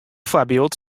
foarbyld